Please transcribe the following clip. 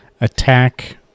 attack